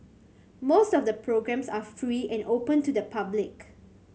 most of the programmes are free and open to the public